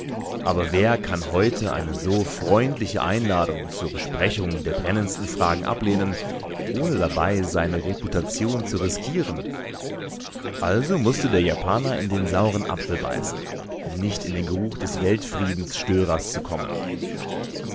aber wer kann heute eine so freundliche einladung zur besprechung der brennendsten fragen ablehnen ohne dabei seine reputation zu riskieren also mußte der japaner in den sauren apfel beißen um nicht in den geruch des weltfriedensstörers zu kommen